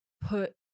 put